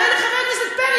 הוא אומר לחבר הכנסת פרי,